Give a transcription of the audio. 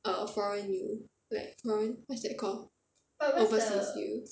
err foreign U like foreign what's that called overseas U